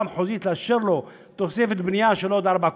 המחוזית לאשר לו תוספת בנייה של עוד ארבע קומות,